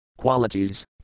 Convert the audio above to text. qualities